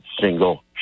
single